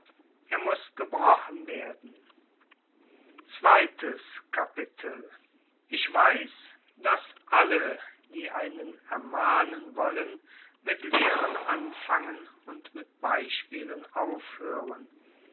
er muß gebrochen werden ii ich weiß daß alle die einen ermahnen wollen mit lehren anfangen und mit beispielen aufhören